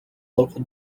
local